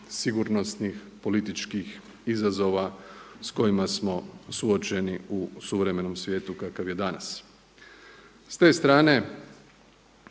sigurnosnih, političkih izazova s kojima smo suočeni u suvremenom svijetu kakav je danas. S te strane